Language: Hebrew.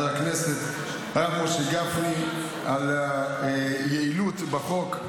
הכנסת הרב משה גפני על היעילות בחוק,